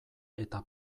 eta